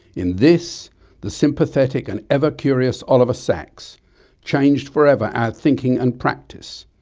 in this the sympathetic and ever curious oliver sacks changed forever our thinking and practice,